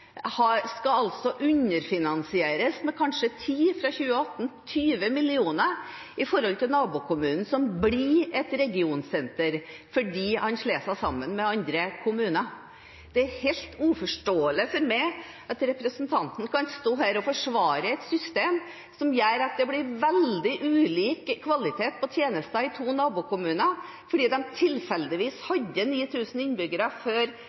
skal altså underfinansieres med kanskje 10 mill. kr–20 mill. kr i 2018 i forhold til nabokommunen, som blir et regionsenter fordi den slår seg sammen med andre kommuner. Det er helt uforståelig for meg at representanten Skjelstad kan stå her og forsvare et system som gjør at det blir veldig ulik kvalitet på tjenestene i to nabokommuner fordi den ene tilfeldigvis hadde 9 000 innbyggere før